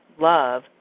Love